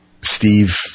steve